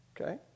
Okay